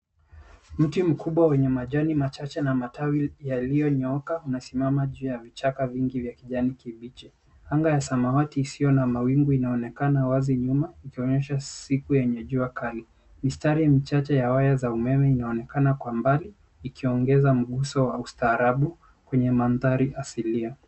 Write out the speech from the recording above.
Mti mkubwa wenye majani machache na matawi yaliyonyooka unasimama juu ya vichaka vingi vya kijani kibichi. Anga ya samawati isiyo na mawingu inaonekana wazi nyuma, ikionyesha siku yenye jua kali. Mistari michache ya waya za umeme inaonekana kwa mbali ikiongesha mguso wa ustaarabu kwenye mandhari asilia.